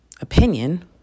opinion